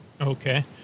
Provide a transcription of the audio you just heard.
okay